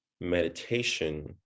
meditation